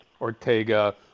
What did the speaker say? Ortega